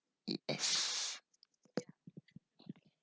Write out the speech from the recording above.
yes